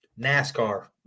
NASCAR